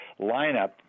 lineup